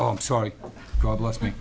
oh i'm sorry god bless me